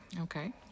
Okay